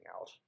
out